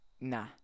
Nah